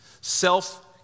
self